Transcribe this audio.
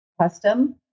custom